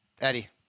Eddie